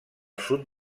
sud